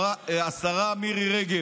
השרה מירי רגב?